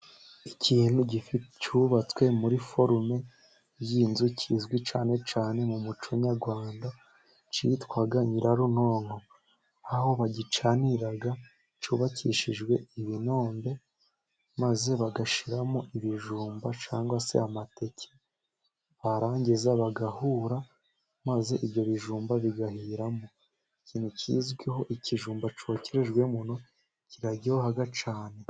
Ikintu cyubatswe muri forume y'inzu kizwi cyane cyane mu muco nyarwanda kitwa nyirarunonko, aho bagicanira cyubakishijwe ibinombe maze bagashiramo ibijumba cg se amateke, barangiza bagahura maze ibyo bijumba bigahiramo, ikintu kizwiho ikijumba cyokerejwemo kiraryoha cyane.